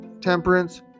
temperance